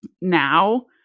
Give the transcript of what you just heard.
now